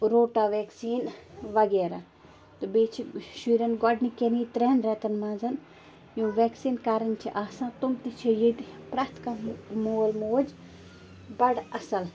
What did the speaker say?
روٹا vaccine وغیٖرہ تہٕ بیٚیہِ چھِ شُرٮ۪ن گۄڈنِکٮ۪نی ترٛٮ۪ن رٮ۪تَن منٛز یِم وٮ۪کسیٖن کَرٕنۍ چھِ آسان تِم تہِ چھِ ییٚتہِ پرٛٮ۪تھ کانٛہہ مول موج بَڑٕ اَصٕل